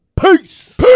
Peace